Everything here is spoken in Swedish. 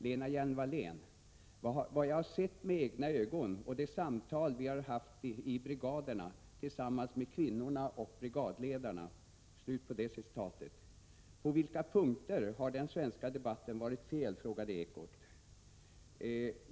Lena Hjelm-Wallén: På vad jag har sett med egna ögon och de samtal vi har haft i brigaderna tillsammans med kvinnorna och brigadledarna. Ekot: På vilka punkter har den svenska debatten varit fel?